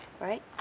right